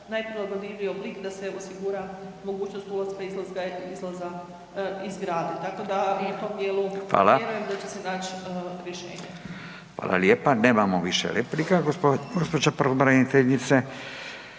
najprilagodljiviji oblik da se osigura mogućnost ulaska-izlaza iz zgrade. Tako da i u tom djelu vjerujem da će se nać rješenje. **Radin, Furio (Nezavisni)** Hvala lijepa. Nemamo više replika, gđo. pravobraniteljice.